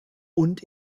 und